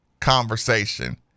conversation